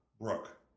Brooke